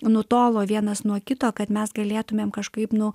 nutolo vienas nuo kito kad mes galėtumėm kažkaip nu